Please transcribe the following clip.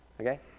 Okay